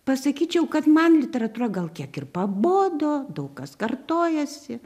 pasakyčiau kad man literatūra gal kiek ir pabodo daug kas kartojasi